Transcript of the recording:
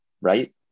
Right